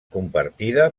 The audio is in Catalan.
compartida